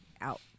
Out